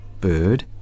bird